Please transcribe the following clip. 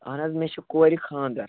اَہن حظ مےٚ چھِ کورِ خانٛدَر